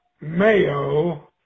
mayo